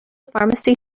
pharmacy